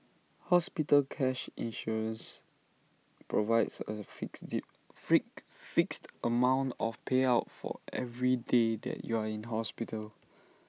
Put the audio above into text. hospital cash insurance provides A fix freak fixed amount of payout for every day that you are in hospital